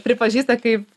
pripažįsta kaip